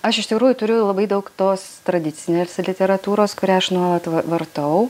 aš iš tikrųjų turiu labai daug tos tradicinės literatūros kurią aš nuolat vartau